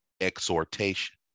exhortation